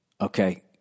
Okay